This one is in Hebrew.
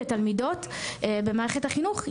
כתלמידות במערכת החינוך,